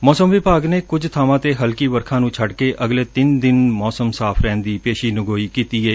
ਮੌਸਮ ਵਿਭਾਗ ਨੇ ਕੁਝ ਬਾਵਾਂ ਤੇ ਹਲਕੀ ਵਰਖਾ ਨੂੰ ਛੱਡ ਕੇ ਅਗਲੇ ਤਿੰਨ ਦਿਨ ਮੌਸਮ ਸਾਫ਼ ਰਹਿਣ ਦੀ ਪੇਸ਼ੀਨਗੋਈ ਕੀਤੀ ਏ